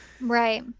Right